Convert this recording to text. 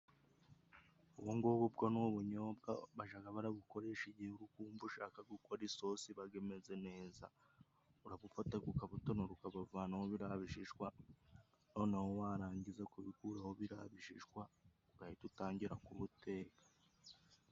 Ubungubu bwo ni ubunyobwa bajaga barakoresha igihe uri kumva ushaka gukora isosi ibaga imeze neza. Urabufataga ukabutonora ukabavanaho biriya bishishwa noneho warangiza kubikuraho biriya bishishwa ugahita utangira kubuteka.